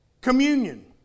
communion